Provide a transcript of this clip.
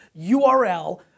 URL